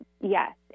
Yes